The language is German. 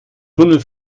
tunnel